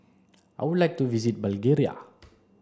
I would like to visit Bulgaria